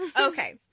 okay